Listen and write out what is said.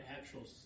actual